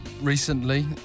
recently